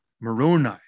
Moroni